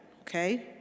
okay